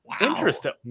Interesting